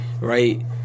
right